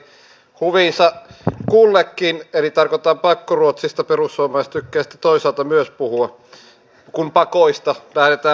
sipilän hallitus yrittää ja tekee parannuksia suomen julkisen talouden kohentamiseksi ja työpaikkojen saamiseksi